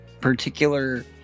particular